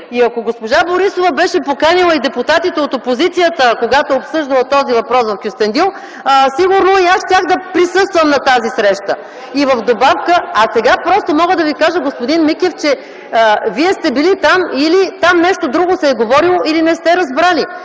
И ако госпожа Борисова беше поканила и депутатите от опозицията, когато е обсъждала този въпрос в Кюстендил, сигурно и аз щях да присъствам на тази среща. А сега просто мога да Ви кажа, господин Михов, че Вие сте били там, но или там нещо друго сте говорил, или не сте разбрали,